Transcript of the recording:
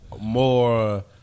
more